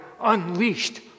unleashed